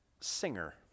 Singer